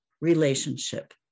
relationship